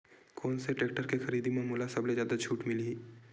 कोन से टेक्टर के खरीदी म मोला सबले जादा छुट मिलही?